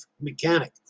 mechanic